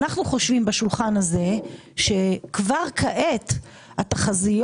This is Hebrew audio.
אנחנו חושבים בשולחן הזה שכבר כעת התחזיות